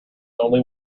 only